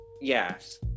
Yes